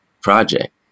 project